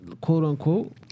quote-unquote